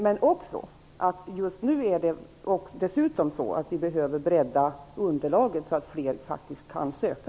Men nu är det dessutom så att vi behöver bredda underlaget så att fler faktiskt kan söka.